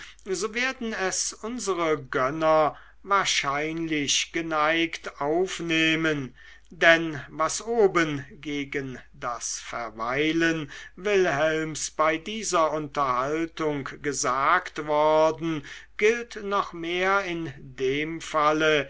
so werden es unsere gönner wahrscheinlich geneigt aufnehmen denn was oben gegen das verweilen wilhelms bei dieser unterhaltung gesagt worden gilt noch mehr in dem falle